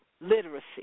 literacy